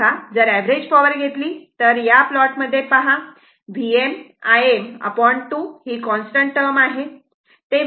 तेव्हा जर average power घेतली तर या प्लॉट मध्ये पहा Vm Im2 ही कॉन्स्टंट टर्म आहे